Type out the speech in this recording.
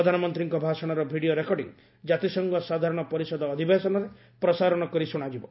ପ୍ରଧାନମନ୍ତ୍ରୀଙ୍କ ଭାଷଣର video recording ଜାତିସଂଘ ସାଧାରଣ ପରିଷଦ ଅଧିବେଶନରେ ପ୍ରସାରଣ କରି ଶୁଣାଯିବ